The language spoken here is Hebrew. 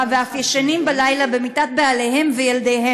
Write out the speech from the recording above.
ואף ישנים בלילה במיטות בעליהם וילדיהם.